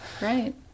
Right